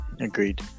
Agreed